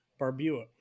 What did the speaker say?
Barbuda